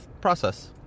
process